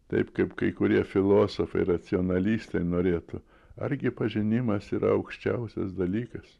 taip kaip kai kurie filosofai racionalistai norėtų argi pažinimas yra aukščiausias dalykas